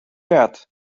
got